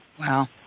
Wow